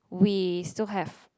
we still have